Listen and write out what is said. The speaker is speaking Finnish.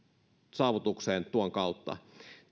saavutukseen tuon kautta